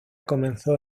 comenzó